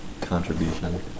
contribution